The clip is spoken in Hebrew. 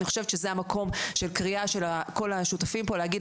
אני חושבת שזה המקום של קריאה של כל השותפים פה להגיד